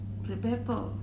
remember